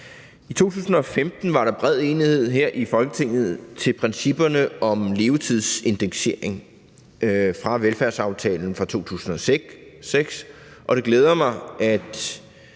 I 2015 var der bred enighed her i Folketinget om principperne om en levetidsindeksering fra velfærdsaftalen fra 2006, og det glæder mig, at